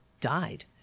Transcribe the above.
died